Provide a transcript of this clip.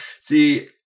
See